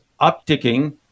upticking